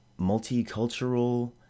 multicultural